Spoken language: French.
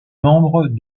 membre